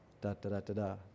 da-da-da-da-da